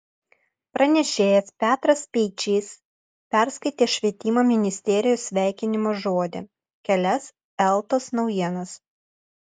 pranešėjas petras speičys perskaitė švietimo ministerijos sveikinimo žodį kelias eltos naujienas